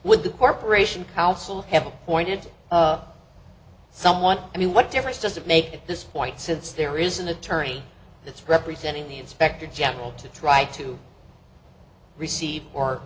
with the corporation council have pointed to someone i mean what difference does it make to this point since there is an attorney that's representing the inspector general to try to receive or